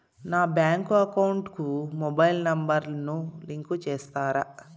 నా bank account కు mobile number ను లింకు చేస్తారా?